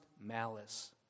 malice